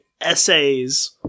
essays